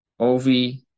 Ovi